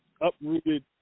uprooted